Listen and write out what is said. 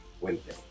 Wednesday